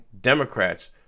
Democrats